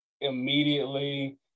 immediately